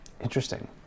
Interesting